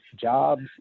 jobs